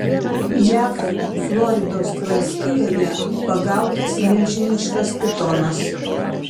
jav floridos valstijoje pagautas milžiniškas pitonas